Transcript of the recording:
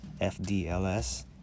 FDLS